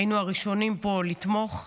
היינו הראשונים לתמוך פה.